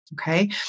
okay